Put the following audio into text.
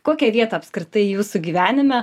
kokią vietą apskritai jūsų gyvenime